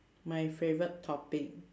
my favourite topic